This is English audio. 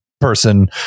person